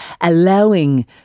allowing